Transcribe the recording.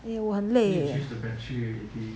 eh 我很累 ah